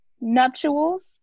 nuptials